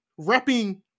repping